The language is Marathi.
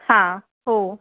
हां हो